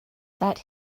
that